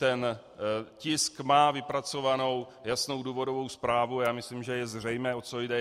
Ten tisk má vypracovanou jasnou důvodovou zprávu a já myslím, že je zřejmé, o co jde.